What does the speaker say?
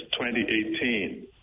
2018